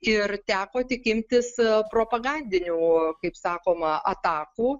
ir teko tikintis propagandinių kaip sakoma atakų